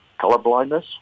colorblindness